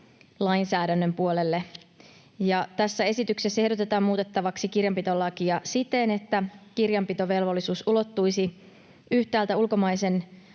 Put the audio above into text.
verolainsäädännön puolelle. Tässä esityksessä ehdotetaan muutettavaksi kirjanpitolakia siten, että kirjanpitovelvollisuus ulottuisi yhtäältä ulkomaisen